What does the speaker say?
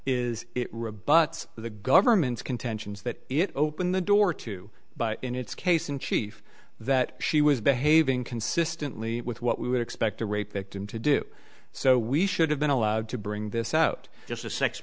is it rebuts the government's contentions that it opened the door to buy in its case in chief that she was behaving consistently with what we would expect a rape victim to do so we should have been allowed to bring this out just the sex